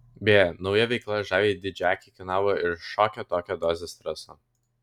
beje nauja veikla žaviajai didžiaakei kainavo ir šiokią tokią dozę streso